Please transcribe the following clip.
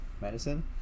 Madison